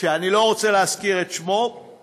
שאני לא רוצה להזכיר את שמו,